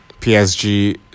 PSG